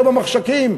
לא במחשכים,